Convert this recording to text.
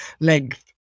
length